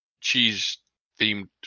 cheese-themed